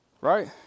right